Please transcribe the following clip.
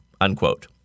unquote